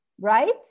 right